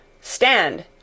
Stand